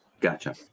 Gotcha